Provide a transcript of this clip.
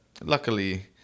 luckily